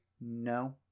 no